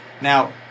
Now